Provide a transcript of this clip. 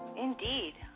Indeed